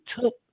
took